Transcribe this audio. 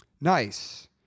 Nice